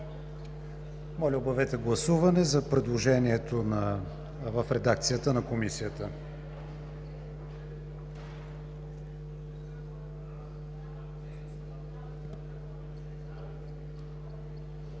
Моля, обявете гласуване за предложението в редакцията на Комисията.